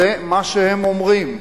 זה מה שהם אומרים.